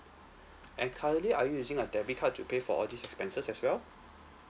and currently are you using a debit card to pay for all these expenses as well